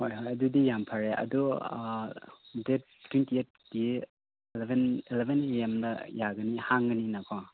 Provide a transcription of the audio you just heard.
ꯍꯣꯏ ꯍꯣꯏ ꯑꯗꯨꯗꯤ ꯌꯥꯝ ꯐꯔꯦ ꯑꯗꯨ ꯗꯦꯠ ꯇ꯭ꯋꯦꯟꯇꯤ ꯑꯩꯠꯀꯤ ꯑꯦꯂꯕꯦꯟ ꯑꯦꯂꯕꯦꯟ ꯑꯦ ꯑꯦꯝꯗ ꯌꯥꯒꯅꯤ ꯍꯥꯡꯒꯅꯤꯅꯀꯣ